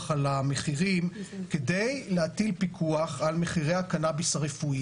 על המחירים כדי להטיל פיקוח על מחירי הקנאביס הרפואי.